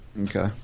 Okay